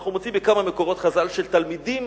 אנחנו מוצאים בכמה מקורות חז"ל שתלמידים